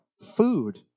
food